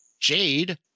Jade